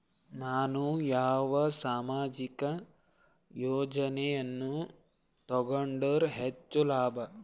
ನಾನು ಯಾವ ಸಾಮಾಜಿಕ ಯೋಜನೆಯನ್ನು ತಗೊಂಡರ ಹೆಚ್ಚು ಲಾಭ?